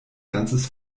ganzes